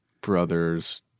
brothers